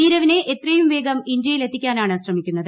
നീരവിനെ എത്രയും പ്രൂപ്പേഗം ഇന്ത്യയിലെത്തിക്കാനാണ് ശ്രമിക്കുന്നത്